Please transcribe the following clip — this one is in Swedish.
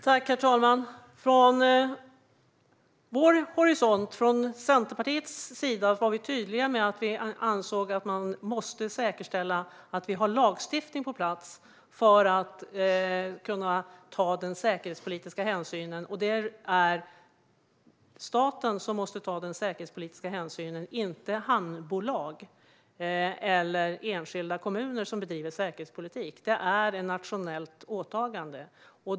Herr talman! Från vår horisont och Centerpartiets sida var vi tydliga med att vi ansåg att man måste säkerställa att vi har lagstiftning på plats för att kunna ta den säkerhetspolitiska hänsynen. Det är staten som måste ta denna hänsyn. Det är inte hamnbolag eller enskilda kommuner som bedriver säkerhetspolitik. Det är ett nationellt åtagande.